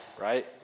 Right